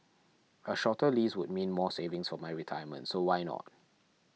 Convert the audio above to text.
a shorter lease would mean more savings for my retirement so why not